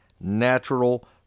natural